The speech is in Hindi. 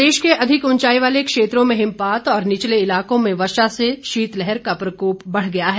मौसम प्रदेश के अधिक उंचाई वाले क्षेत्रों में हिमपात और निचले इलाकों में वर्षा से शीतलहर का प्रकोप बढ़ गया है